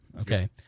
okay